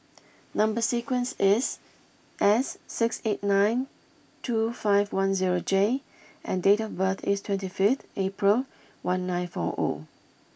number sequence is S six eight nine two five one zero J and date of birth is twenty fifth April one nine four O